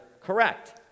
correct